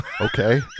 okay